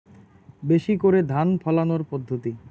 বেশি করে ধান ফলানোর পদ্ধতি?